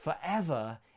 forever